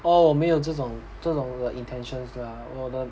orh 我没有这种这种的 intentions 的 ah